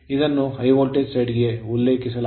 ಇದನ್ನು high voltage side ಗೆ ಉಲ್ಲೇಖಿಸಲಾಗುತ್ತದೆ